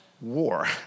war